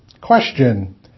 Question